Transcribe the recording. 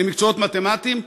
למקצועות מתמטיים,